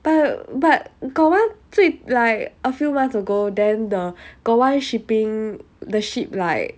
but but got one 最 like a few months ago then the got one shipping the ship like